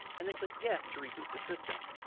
and then click yes to reboot the system.